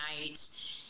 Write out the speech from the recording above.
night